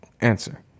answer